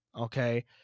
Okay